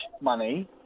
money